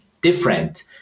different